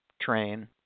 train